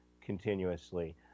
continuously